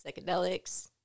psychedelics